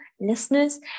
listeners